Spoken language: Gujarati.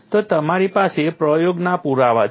તો તમારી પાસે પ્રયોગના પુરાવા છે